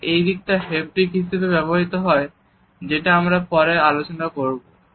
এবং এই দিকটি হেপটিক এ ব্যবহৃত হয় যেটা আমরা পরে আলোচনা করব